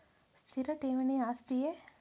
ಸ್ಥಿರ ಠೇವಣಿ ಆಸ್ತಿಯೇ?